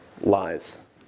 lies